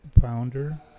founder